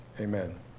amen